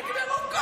נגמרו כל